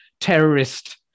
terrorist